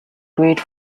grade